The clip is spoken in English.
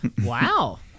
Wow